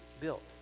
built